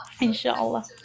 inshallah